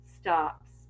stops